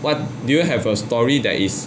what do you have a story that is